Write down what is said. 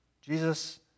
Jesus